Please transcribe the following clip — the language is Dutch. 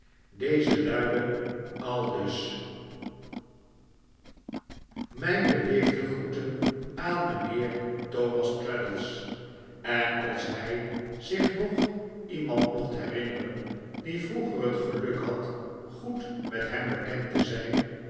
deze luidde aldus mijn beleefde groeten aan mijriheer thomas traddles en als hij zich nog iemand mocht herinneren die vroeger het geluk had goed met hem bekend te zijn